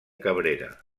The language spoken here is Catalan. cabrera